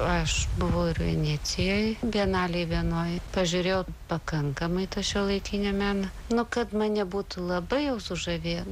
aš buvau ir venecijoje bienalėj vienoj pažiūrėjau pakankamai tą šiuolaikinį meną nu kad man nebūtų labai jau sužavėt